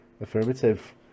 Affirmative